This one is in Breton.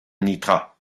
netra